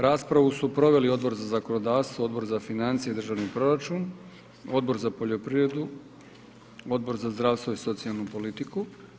Raspravu su proveli Odbor za zakonodavstvo, Odbor za financije i državni proračun, Odbor za poljoprivredu, Odbor za zdravstvo i socijalnu politiku.